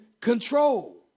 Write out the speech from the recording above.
control